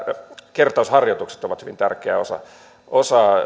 kertausharjoitukset ovat hyvin tärkeä osa osa